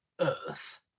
earth